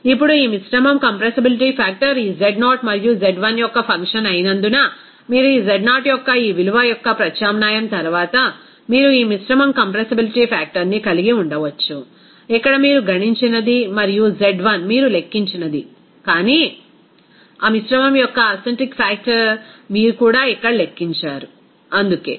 ఇప్పుడు ఈ మిశ్రమం కంప్రెసిబిలిటీ ఫాక్టర్ ఈ z0 మరియు z1 యొక్క ఫంక్షన్ అయినందున మీరు z0 యొక్క ఈ విలువ యొక్క ప్రత్యామ్నాయం తర్వాత మీరు ఈ మిశ్రమం కంప్రెసిబిలిటీ ఫ్యాక్టర్ని కలిగి ఉండవచ్చు ఇక్కడ మీరు గణించినది మరియు z1 మీరు లెక్కించినది కానీ ఆ మిశ్రమం యొక్క అసెంట్రిక్ ఫాక్టర్ మీరు కూడా ఇక్కడ లెక్కించారు అందుకే